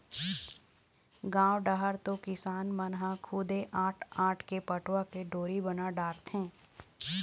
गाँव डहर तो किसान मन ह खुदे आंट आंट के पटवा के डोरी बना डारथे